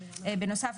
בנוסף,